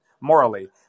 morally